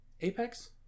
Apex